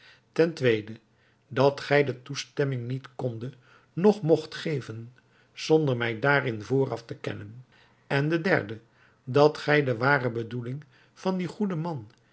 de tweede dat gij de toestemming niet kondet noch mogt geven zonder mij daarin vooraf te kennen en de derde dat gij de ware bedoeling van dien goeden man